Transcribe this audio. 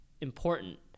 important